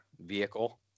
vehicle